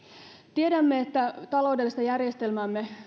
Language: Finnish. tiedämme että taloudelliseen järjestelmäämme